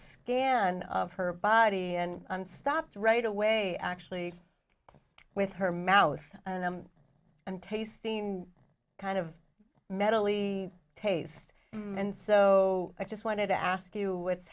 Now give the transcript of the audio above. scan of her body and stopped right away actually with her mouth i'm tasting kind of metally taste and so i just wanted to ask you what's